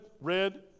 red